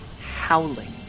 howling